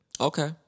Okay